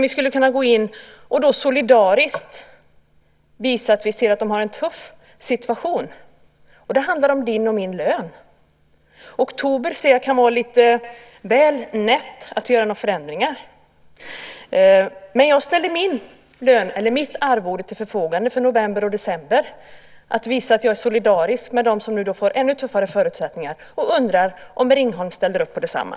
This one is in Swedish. Vi skulle kunna gå in och solidariskt visa att vi ser att jordbrukarna har en tuff situation. Det handlar om din och min lön. Det kan vara lite väl nätt att göra några förändringar i oktober. Men jag ställer mitt arvode till förfogande för november och december för att visa att jag är solidarisk med dem som får ännu tuffare förutsättningar. Jag undrar om Ringholm ställer upp på detsamma.